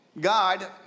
God